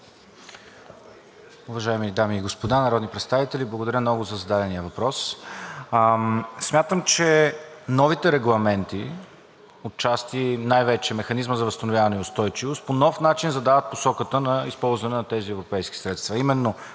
Уважаеми дами и господа народни представители! Благодаря много за зададения въпрос. Смятам, че новите регламенти, отчасти най-вече Механизмът за възстановяване и устойчивост, по нов начин задават посоката на използване на тези европейски средства, а именно